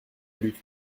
lutte